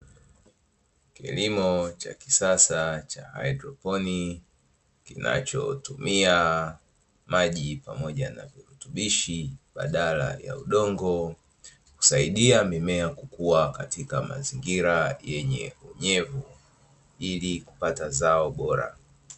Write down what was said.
Kilimo cha kisasa cha haidroponi, kinachotumia maji pamoja na virutubishi baadala ya udongo, husaidia mimea kukua katika mazingira yenye unyevu ili kupata zao bora.